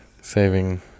Saving